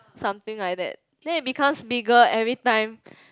something like that then it becomes bigger every time